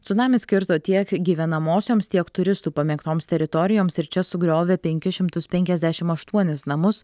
cunamis kirto tiek gyvenamosioms tiek turistų pamėgtoms teritorijoms ir čia sugriovė penkis šimtus penkiasdešim aštuonis namus